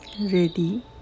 ready